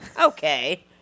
Okay